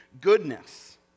goodness